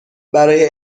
برای